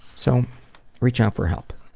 so reach out for help.